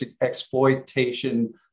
exploitation